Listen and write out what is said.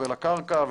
לקרקע,